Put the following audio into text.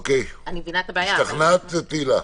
השתכנעת, תהלה?